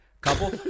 couple